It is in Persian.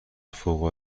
فوق